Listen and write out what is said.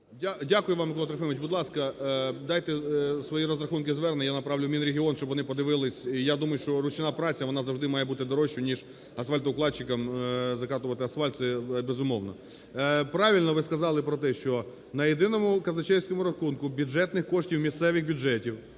Будь ласка, дайте свої розрахунки і звернення, я направлю в Мінрегіон, щоб вони подивилися. Я думаю, що ручна праця, вона завжди має бути дорожча, ніж асфальтоукладчикам закатувати асфальт, це безумовно. Правильно ви сказали про те, що на єдиному казначейському рахунку бюджетних коштів місцевих бюджетів